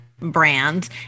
brands